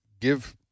give